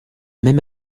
même